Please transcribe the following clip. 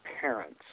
parents